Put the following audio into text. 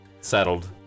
settled